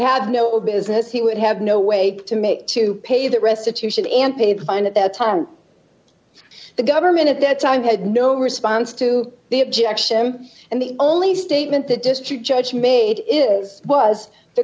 have no business he would have no way to make to pay that restitution and pay the fine at that time the government at that time had no response to the objection and the only statement that district judge made it is was the